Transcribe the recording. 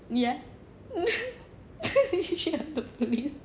ya I'm the police